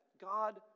God